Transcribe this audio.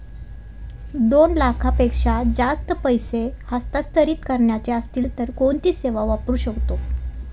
दोन लाखांपेक्षा जास्त पैसे हस्तांतरित करायचे असतील तर कोणती सेवा वापरू शकतो?